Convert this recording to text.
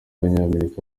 banyamerika